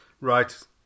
Right